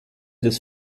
des